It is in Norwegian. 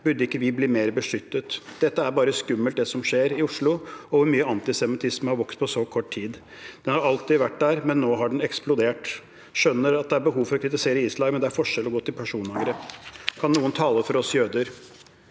Burde ikke vi bli mer beskyttet? Dette er bare skummelt, det som skjer i Oslo – og hvor mye antisemittismen har vokst på så kort tid. Den har alltid vært der, men nå har den eksplodert. Jeg skjønner at det er behov for å kritisere Israel, men det er en forskjell å gå til personangrep. Kan noen tale for oss jøder?